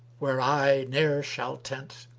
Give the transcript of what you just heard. where i ne'er shall tent.